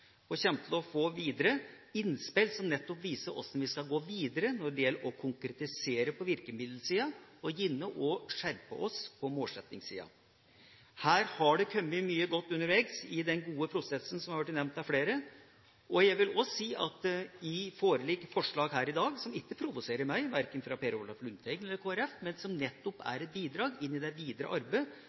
og kommer til å få innspill som nettopp viser hvordan vi skal gå videre når det gjelder å konkretisere på virkemiddelsida og gjerne skjerpe oss på målsettingssida. Her har det kommet mye godt undervegs i den gode prosessen som har blitt nevnt av flere. Jeg vil også si at i dag foreligger det forslag – som ikke provoserer meg, verken forslagene fra Per Olaf Lundteigen eller Kristelig Folkeparti – som nettopp er bidrag inn i det videre arbeidet